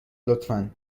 لطفا